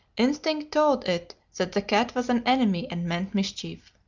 instinct told it that the cat was an enemy and meant mischief.